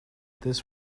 this